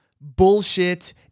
bullshit